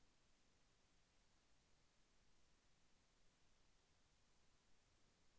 చెల్లింపులు చేయడానికి చెల్లింపు వ్యవస్థలను ఎవరు ఉపయోగించుకొంటారు?